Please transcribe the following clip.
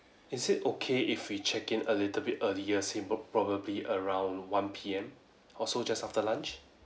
is it okay if we check in a little bit earlier say prob~ probably around one P_M or so just after lunch